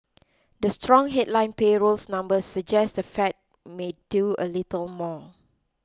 the strong headline payrolls numbers suggest the Fed may do a little more